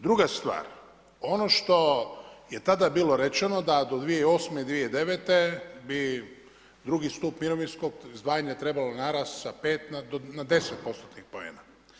Druga stvar, ono što je tada bilo rečeno da do 2008., 2009. bi drugi stup mirovinskog izdvajanje trebalo narasti sa 5 na 10% tih poena.